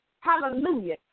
Hallelujah